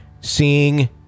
seeing